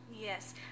Yes